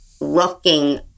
looking